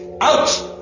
out